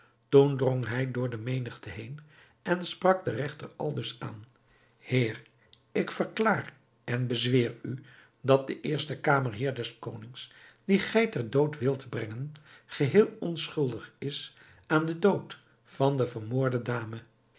drong hij door de menigte heen en sprak den regter aldus aan heer ik verklaar en bezweer u dat de eerste kamerheer des konings dien gij ter dood wilt brengen geheel onschuldig is aan den dood van de vermoorde dame